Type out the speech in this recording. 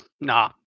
nah